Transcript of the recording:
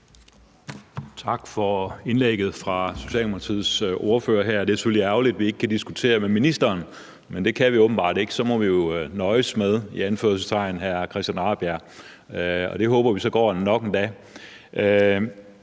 Tak for indlægget fra Socialdemokratiets ordfører. Det er selvfølgelig ærgerligt, vi ikke kan diskutere med ministeren, men det kan vi åbenbart ikke. Så må vi jo nøjes med – i anførselstegn – hr. Christian Rabjerg Madsen. Det håber vi så går endda.